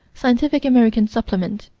scientific american supplement,